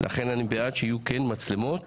אני בעד שיהיו מצלמות